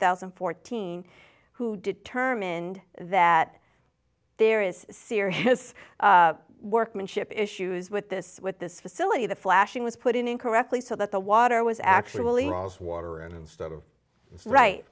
thousand and fourteen who determined that there is serious workmanship issues with this with this facility the flashing was put in incorrectly so that the water was actually